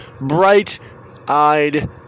bright-eyed